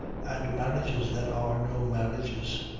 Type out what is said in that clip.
and marriages that are no marriages.